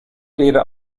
data